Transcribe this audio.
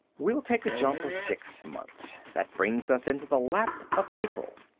we'll take a jump of six months. that brings us into the lap of april.